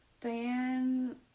Diane